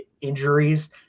injuries